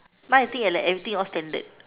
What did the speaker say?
now I think like that everything all standard